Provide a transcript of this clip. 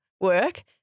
work